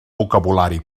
vocabulari